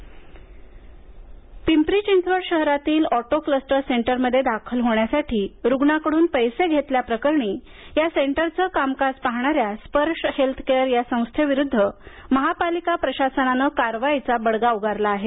पिंपरी चिंचवड पिंपरी चिंचवड शहरातील auto cluster सेंटरमध्ये दाखल होण्यासाठी रुग्णाकडून पैसे घेतल्याप्रकरणी या सेंटरचं कामकाज पाहणाऱ्या स्पर्श हेल्थ केअर या संस्थेविरुद्ध महापालिका प्रशासनानं कारवाईचा बडगा उगारला आहे